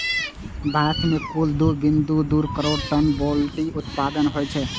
भारत मे कुल दू बिंदु दू करोड़ टन पोल्ट्री उत्पादन होइ छै